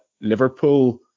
Liverpool